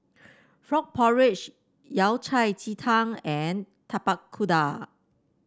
Frog Porridge Yao Cai Ji Tang and Tapak Kuda